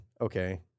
Okay